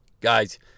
Guys